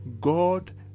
god